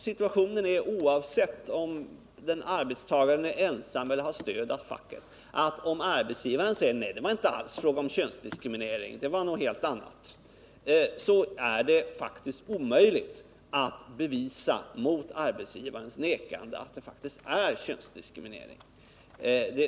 Situationen är den, oavsett om arbetstagaren är ensam eller har stöd av facket, att om arbetsgivaren säger att det var inte alls fråga om könsdiskriminering utan om något helt annat, så är det omöjligt att mot arbetsgivarens nekande bevisa att det faktiskt rörde sig om könsdiskriminering.